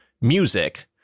music